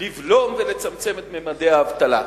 לבלום ולצמצם את ממדי האבטלה.